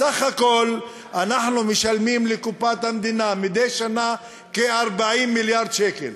בסך הכול אנחנו משלמים לקופת המדינה מדי שנה כ-40 מיליארד שקל.